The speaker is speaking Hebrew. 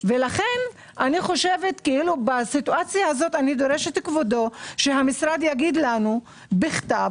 לכן במצב הזה אני דורשת מכבודו שהמשרד יגיד לנו בכתב,